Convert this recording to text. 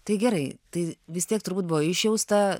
tai gerai tai vis tiek turbūt buvo išjausta